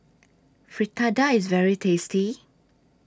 Fritada IS very tasty